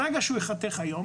ברגע שהוא ייחתך היום,